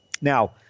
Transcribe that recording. Now